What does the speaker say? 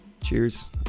Cheers